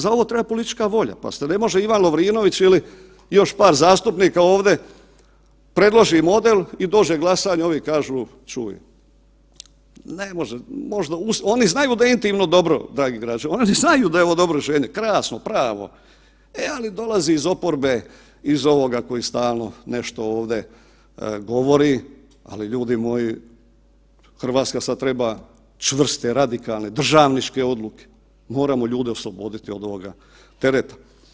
Za ovo treba politička volja, pazite, ne može Ivan Lovrinović ili još par zastupnika ovdje predloži model i dođe glasanje i ovi kažu, čuj ne može, oni znaju da je intimno dobro dragi građani, oni znaju da je ovo dobro rješenje, krasno, pravo, e ali dolazi iz oporbe iz ovoga koji stalno nešto ovdje govori, ali ljudi moji Hrvatska sada treba čvrste, radikalne, državničke odluke, moramo ljude osloboditi od ovoga tereta.